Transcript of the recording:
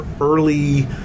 early